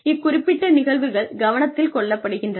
இக்குறிப்பிட்ட நிகழ்வுகள் கவனத்தில் கொள்ளப்படுகின்றன